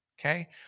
okay